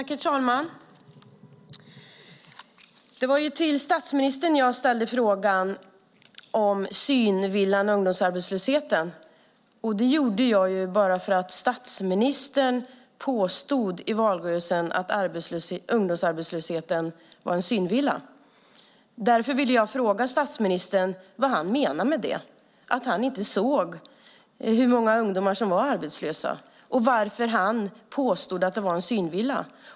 Herr talman! Det var till statsministern som jag ställde frågan om synvillan ungdomsarbetslösheten. Det gjorde jag därför att statsministern påstod i valrörelsen att ungdomsarbetslösheten var en synvilla. Därför ville jag fråga statsministern vad han menade med det, om han inte såg hur många ungdomar som var arbetslösa och varför han påstod att det var en synvilla.